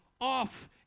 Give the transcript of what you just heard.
off